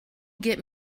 get